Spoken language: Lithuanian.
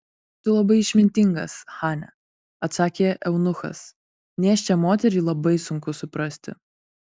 tu labai išmintingas chane atsakė eunuchas nėščią moterį labai sunku suprasti